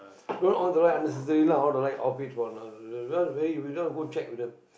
don't on the light unnecessarily lah on the light off it for no~ you know just go check with them